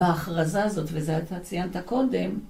ההכרזה הזאת, וזה אתה ציינת קודם,